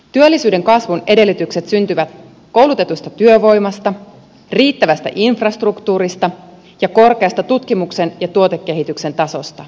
työllisyyden kasvun edellytykset syntyvät koulutetusta työvoimasta riittävästä infrastruktuurista ja korkeasta tutkimuksen ja tuotekehityksen tasosta